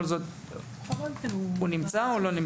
של האוצר נמצא או לא?